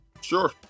sure